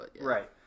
Right